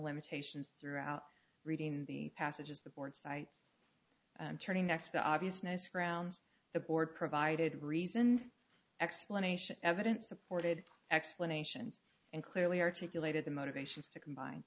limitations throughout reading the passages the board site turning next the obviousness grounds the board provided reasoned explanation evidence supported explanations and clearly articulated the motivations to combine